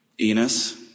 Enos